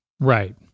right